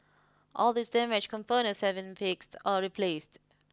all these damaged components have been fixed or replaced